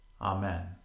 Amen